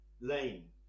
Lane